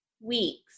weeks